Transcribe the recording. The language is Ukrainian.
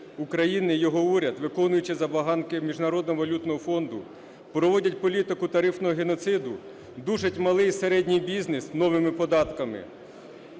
України і його уряд, виконуючи забаганки Міжнародного валютного фонду, проводять політику тарифного геноциду, душать малий і середній бізнес новими податками,